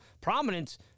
prominence